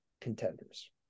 contenders